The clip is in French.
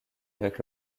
avec